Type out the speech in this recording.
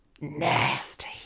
nasty